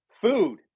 Food